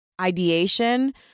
ideation